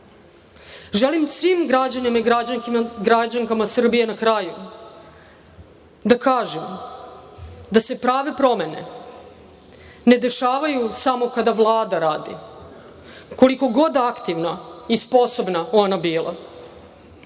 svim građanima i građankama Srbije na kraju da kažem da se prave promene ne dešavaju samo kada Vlada radi, koliko god aktivna i sposobna ona bila.